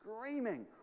screaming